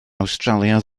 awstralia